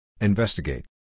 Investigate